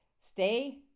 stay